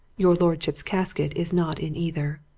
your lordship's casket is not in either.